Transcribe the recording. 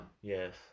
Yes